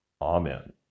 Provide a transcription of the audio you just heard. Amen